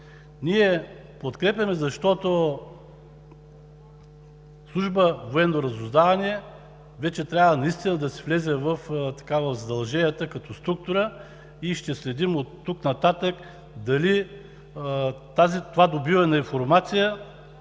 Ние подкрепяме, защото Служба „Военно разузнаване“ вече наистина трябва да си влезе в задълженията като структура и ще следим оттук нататък дали това добиване на информация